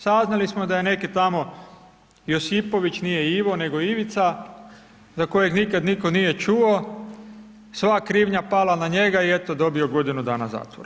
Saznali smo da je neki tamo Josipović, nije Ivo nego Ivica, za kojeg nikad nitko nije čuo, sva krivnja pala na njega, i eto dobio godinu dana zatvora.